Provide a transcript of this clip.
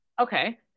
Okay